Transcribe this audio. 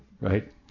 Right